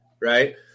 right